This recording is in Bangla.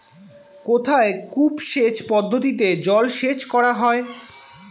কোথায় কূপ সেচ পদ্ধতিতে জলসেচ করা হয়?